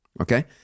okay